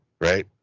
right